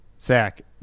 Zach